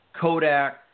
Kodak